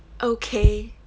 okay